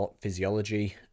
physiology